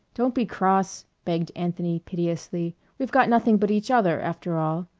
don't be cross, begged anthony piteously. we've got nothing but each other, after all.